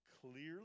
clearly